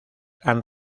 han